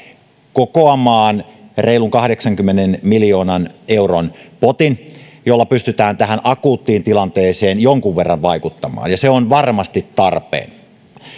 kokoamaan reilun kahdeksankymmenen miljoonan euron potin jolla pystytään tähän akuuttiin tilanteeseen jonkun verran vaikuttamaan ja se on varmasti tarpeen